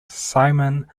simon